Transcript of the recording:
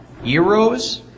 euros